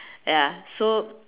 ya so